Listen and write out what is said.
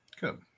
good